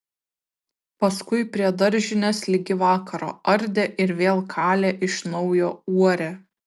paskui prie daržinės ligi vakaro ardė ir vėl kalė iš naujo uorę